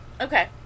Okay